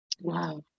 wow